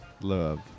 love